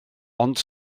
ond